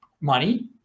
money